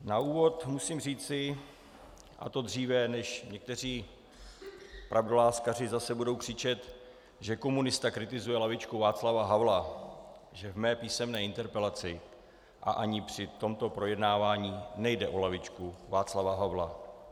Na úvod musím říci, a to dříve, než někteří pravdoláskaři zase budou křičet, že komunista kritizuje lavičku Václava Havla, že v mé písemné interpelaci a ani při tomto projednávání nejde o lavičku Václava Havla.